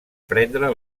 prendre